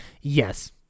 Yes